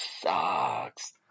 sucks